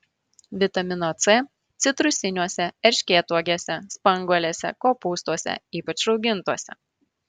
vitamino c citrusiniuose erškėtuogėse spanguolėse kopūstuose ypač raugintuose